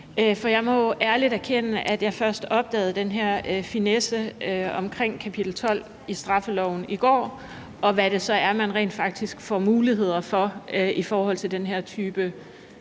For jeg må ærligt erkende, at jeg først opdagede den her finesse omkring kapitel 12 i straffeloven i går, og hvad det så er, man rent faktisk får muligheder for i forhold til den her type